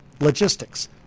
logistics